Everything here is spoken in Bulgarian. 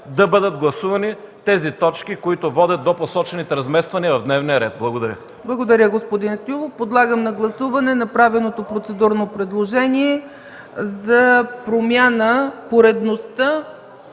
да бъдат гласувани тези точки, които водят до посочените размествания в дневния ред. Благодаря. ПРЕДСЕДАТЕЛ ЦЕЦКА ЦАЧЕВА: Благодаря, господин Стоилов. Подлагам на гласуване направеното процедурно предложение за промяна поредността